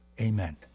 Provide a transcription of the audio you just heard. Amen